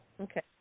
Okay